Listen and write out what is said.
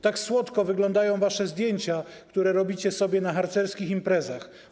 Tak słodko wyglądają wasze zdjęcia, które robicie sobie na harcerskich imprezach.